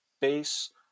base